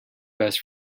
best